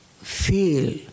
feel